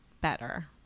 better